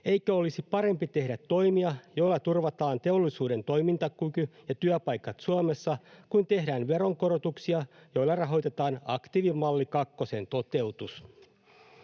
Eikö olisi parempi tehdä toimia, joilla turvataan teollisuuden toimintakyky ja työpaikat Suomessa, kuin tehdä veronkorotuksia, joilla rahoitetaan aktiivimalli kakkosen toteutus?